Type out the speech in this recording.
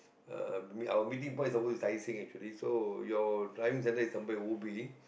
uh our meeting point is suppose to be tai-seng actually so your driving centre is somewhere ubi